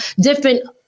different